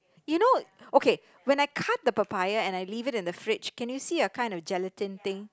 you know okay when I cut the papaya and I leave it in the fridge can you see a kind of gelatin thing